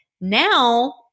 Now